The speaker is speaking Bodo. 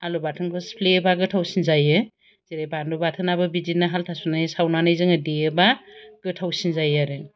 आलु बाथोनखौ सिफ्लेयोबा गोथावसिन जायो जेरै बानलु बाथोनाबो बिदिनो हाल्था सुनाय सावनानै जोङो देयोबा गोथावसिन जायो आरो